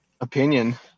opinion